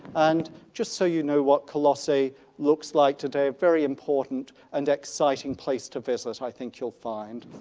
and just so you know what colossae looks like today, a very important and exciting place to visit i think you'll find,